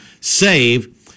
save